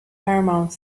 paramount